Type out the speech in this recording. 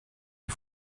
une